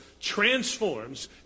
transforms